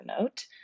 note